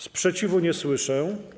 Sprzeciwu nie słyszę.